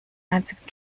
einzigen